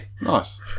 Nice